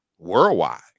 worldwide